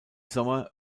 sommer